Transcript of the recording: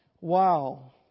Wow